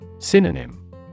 Synonym